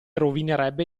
rovinerebbe